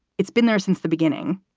it's been there since the beginning.